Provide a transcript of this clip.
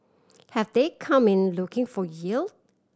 have they come in looking for yield